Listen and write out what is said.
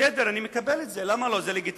בסדר, אני מקבל את זה, למה לא, זה לגיטימי.